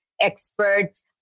experts